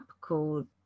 called